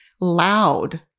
loud